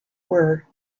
were